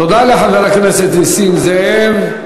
תודה לחבר הכנסת נסים זאב.